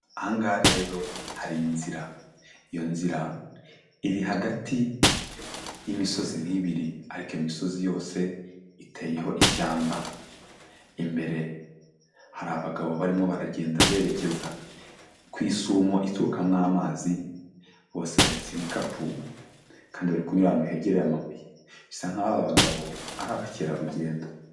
Ahangaha rero hari inzira, iyo nzira iri hagati y'imisozi nk'ibiri, ariko iyo imisozi yose iteyeho ishyamba, imbere hari abagabo barimo baragenda berekeza ku isumo iturukamo amazi, bose bahetse ibikapu, kandi bari kunyura ahantu hegereye amabuye, bisa nkaho aba bagabo ari abakerarugendo.